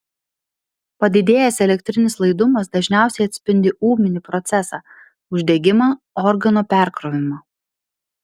padidėjęs elektrinis laidumas dažniausiai atspindi ūminį procesą uždegimą organo perkrovimą